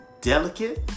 delicate